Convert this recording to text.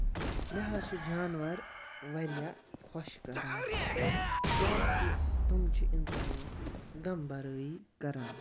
مےٚ حظ چھِ جانور واریاہ خۄش کران کیازِ کہِ تِم چھِ اِنسانس غم بَرٲیی کران